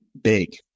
big